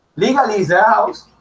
legally their house